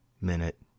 Minute